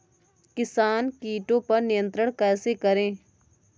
किसान कीटो पर नियंत्रण कैसे करें?